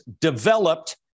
developed